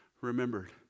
remembered